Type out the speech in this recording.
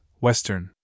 Western